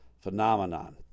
phenomenon